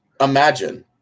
Imagine